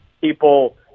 people